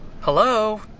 Hello